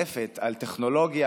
לפחות לשבוע הקרוב,